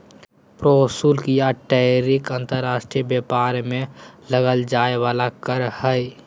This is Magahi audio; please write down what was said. प्रशुल्क या टैरिफ अंतर्राष्ट्रीय व्यापार में लगल जाय वला कर हइ